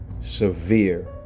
severe